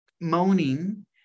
moaning